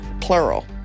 plural